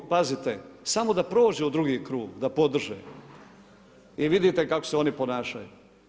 Pazite samo da prođe u drugi krug, da podrže i vidite kako se oni ponašaju.